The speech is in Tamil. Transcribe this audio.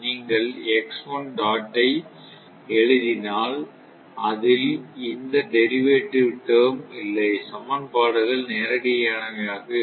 நீங்கள் ஐ எழுதினால் அதில் எந்த டெரிவேட்டிவ் டெர்ம் ம் இல்லை சமன்பாடுகள் நேரடியானவையாக இருக்கும்